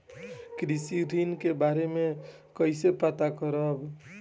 कृषि ऋण के बारे मे कइसे पता करब?